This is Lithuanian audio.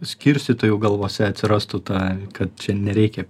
skirstytojų galvose atsirastų ta kad čia nereikia